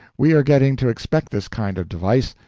we are getting to expect this kind of device,